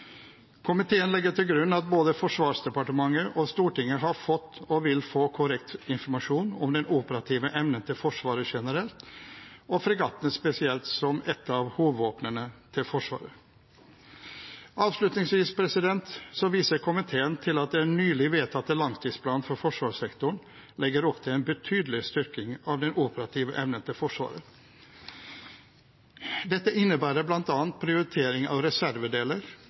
Komiteen legger til grunn at både Forsvarsdepartementet og Stortinget har fått og vil få korrekt informasjon om den operative evnen til Forsvaret generelt og fregattene spesielt, som et av hovedvåpnene til Forsvaret. Avslutningsvis viser komiteen til at den nylig vedtatte langtidsplanen for forsvarssektoren legger opp til en betydelig styrking av den operative evnen til Forsvaret. Dette innebærer bl.a. prioritering av reservedeler,